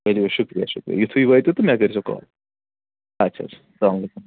ؤلِو حظ شُکریہ شُکریہ یُتھُے وٲتو تہٕ مےٚ کٔرۍزیو کال آچھا سلام علیکُم